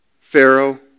Pharaoh